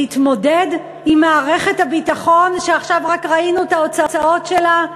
להתמודד עם מערכת הביטחון שעכשיו רק ראינו את ההוצאות שלה,